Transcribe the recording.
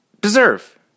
deserve